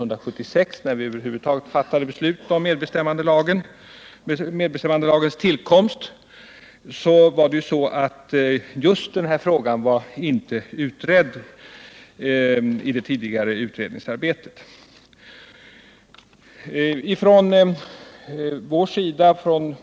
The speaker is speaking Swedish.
Just denna fråga var inte behandlad i det tidigare utredningsarbetet när vi 1976 fattade beslut om medbestämmandelagen.